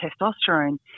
testosterone